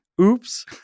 Oops